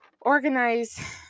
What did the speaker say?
organize